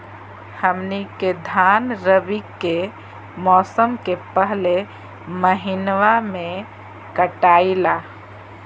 हमनी के धान रवि के मौसम के पहले महिनवा में कटाई ला